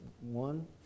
one